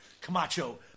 Camacho